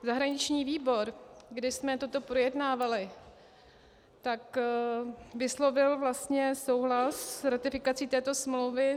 Zahraniční výbor, kde jsme toto projednávali, vyslovil vlastně souhlas s ratifikací této smlouvy.